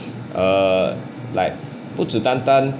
err like 不知单单